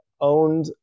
owned